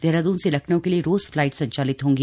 देहराद्रन से लखनऊ के लिए रोज फ्लाइट संचालित होंगी